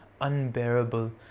unbearable